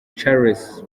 charles